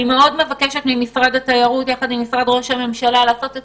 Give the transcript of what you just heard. אני מבקשת ממשרד התיירות ומשרד ראש הממשלה לעשות את